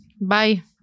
Bye